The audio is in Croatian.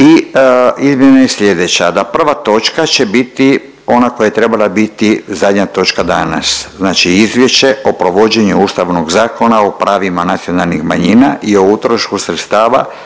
i izmjena je slijedeća da prva točka će biti ona koja je trebala biti zadnja točka danas, znači Izvješće o provođenju Ustavnog zakona o pravima nacionalnih manjina i o utrošku sredstava